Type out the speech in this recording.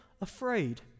afraid